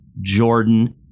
Jordan